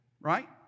Right